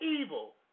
evil